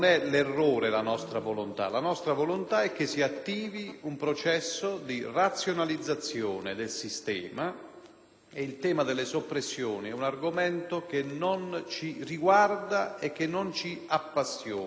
il tema delle soppressioni è un argomento che non ci riguarda e che non ci appassiona. Piuttosto, su questo terreno, vedremo la maggioranza e il Governo cosa intenderanno fare